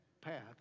path